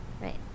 right